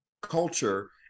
culture